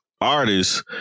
artists